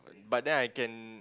but then I can